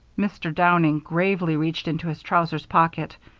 mr. downing gravely reached into his trousers pocket,